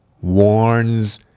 warns